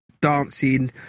dancing